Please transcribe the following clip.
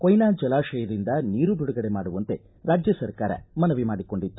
ಕೊಯ್ನಾ ಜಲಾಶಯದಿಂದ ನೀರು ಬಿಡುಗಡೆ ಮಾಡುವಂತೆ ರಾಜ್ಯ ಸರ್ಕಾರ ಮನವಿ ಮಾಡಿಕೊಂಡಿತ್ತು